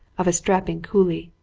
of a strapping coolie.